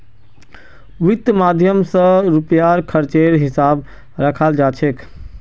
वित्त माध्यम स रुपयार खर्चेर हिसाब रखाल जा छेक